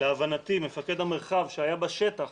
להבנתי מפקד המרחב, שהיה בשטח,